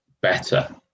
better